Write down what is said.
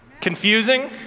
Confusing